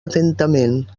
atentament